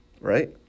right